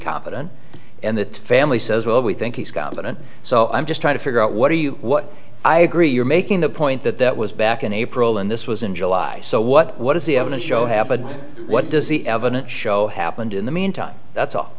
confident and the family says well we think he's confident so i'm just trying to figure out what do you what i agree you're making the point that that was back in april and this was in july so what what is the evidence show happening what does the evidence show happened in the meantime that's a